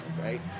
right